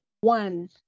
one